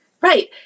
Right